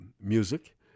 music